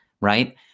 right